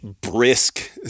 brisk